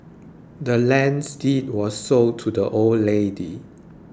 the land's deed was sold to the old lady